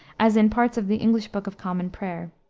as in parts of the english book of common prayer.